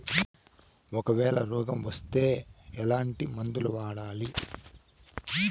ఒకవేల రోగం వస్తే ఎట్లాంటి మందులు వాడాలి?